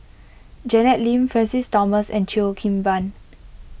Janet Lim Francis Thomas and Cheo Kim Ban